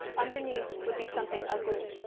underneath would be something ugly,